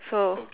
so